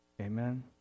Amen